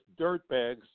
dirtbags